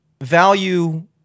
value